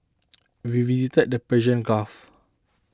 we visited the Persian Gulf